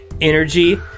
Energy